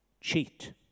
cheat